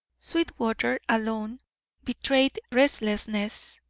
sweetwater alone betrayed restlessness,